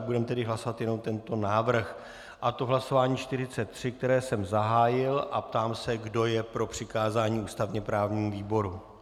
Budeme tedy hlasovat jenom tento návrh, a to hlasováním 43, které jsem zahájil, a ptám se, kdo je pro přikázání ústavněprávnímu výboru.